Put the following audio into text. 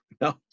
no